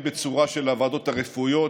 הן בצורה של הוועדות הרפואיות,